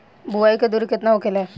बुआई के दूरी केतना होखेला?